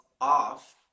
off